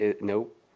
Nope